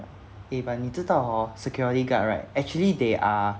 eh but 你知道 hor security guard right actually they are